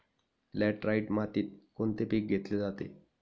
Laterite मातीत कोणते पीक घेतले जाते?